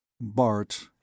Bart